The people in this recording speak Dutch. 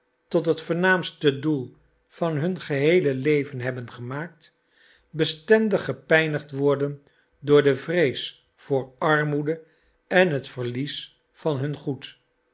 tot het voornaamste doel van hun geheeie leven hebben gemaakt bestendig gepijnigd worden door de vrees voor armoede en het verlies van hun goed